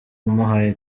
umuhaye